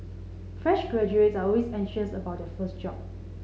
fresh graduates are always anxious about their first job